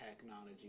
technology